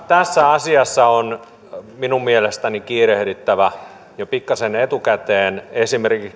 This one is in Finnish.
tässä asiassa on minun mielestäni kiirehdittävä jo pikkasen etukäteen esimerkiksi